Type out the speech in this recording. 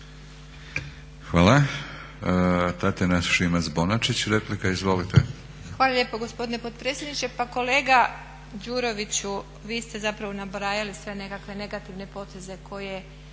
Izvolite. **Šimac Bonačić, Tatjana (SDP)** Hvala lijepo gospodine potpredsjedniče. Pa kolega Đuroviću vi ste zapravo nabrajali sve nekakve negativne poteze koje